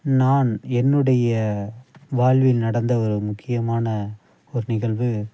நான் என்னுடைய வாழ்வில் நடந்த ஒரு முக்கியமான ஒரு நிகழ்வு